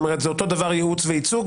זה אותו דבר ייעוץ וייצוג,